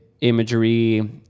imagery